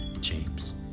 James